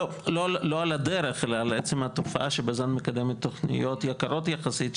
לא על הדרך אלא על עצם התופעה שבז"ן מקדמת תוכניות יקרות יחסית,